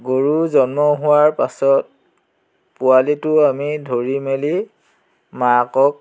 গৰু জন্ম হোৱাৰ পাছত পোৱালিটো আমি ধৰি মেলি মাকক